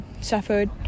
suffered